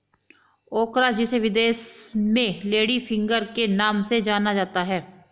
ओकरा जिसे विदेश में लेडी फिंगर के नाम से जाना जाता है